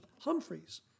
Humphreys